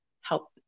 help